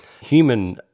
human